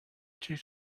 due